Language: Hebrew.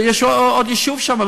יש עוד יישוב שם,